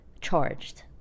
charged